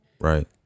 Right